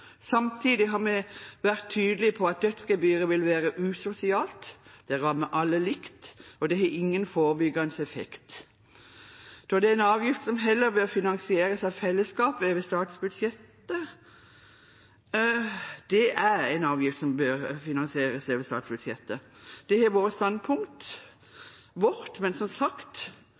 Samtidig har vi vært tydelig på at dødsgebyret vil være usosialt, det rammer alle likt, og det har ingen forebyggende effekt. Det er en avgift som heller bør finansieres av fellesskapet over statsbudsjettet. Det har vært standpunktet vårt, men, som sagt: